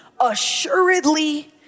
assuredly